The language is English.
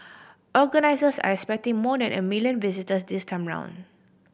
organisers are expecting more than a million visitors this time round